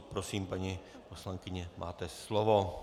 Prosím, paní poslankyně, máte slovo.